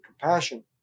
compassion